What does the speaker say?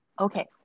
Okay